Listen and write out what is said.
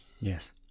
Yes